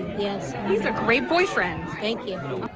yes. he's a great boyfriend. thank you.